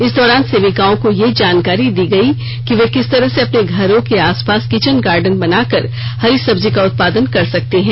इस दौरान सेविकाओं को यह जानकारी दी गयी कि वे किस तरह से अपने घरों के आसपास किचन गार्डन बनाकर हरी सब्जी का उत्पादन कर सकती है